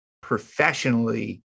professionally